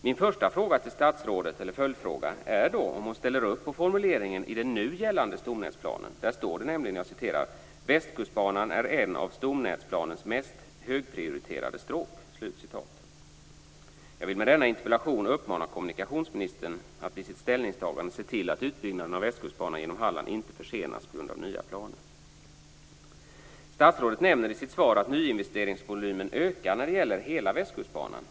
Min följdfråga till statsrådet är om hon ställer upp på formuleringen i den nu gällande stomnätsplanen. Där står det nämligen: Västkustbanan är en av stomnätsplanens mest högprioriterade stråk. Statsrådet nämner i sitt svar att nyinvesteringsvolymen ökar för hela Västkustbanan.